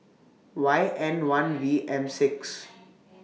Y N one V M six